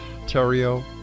Ontario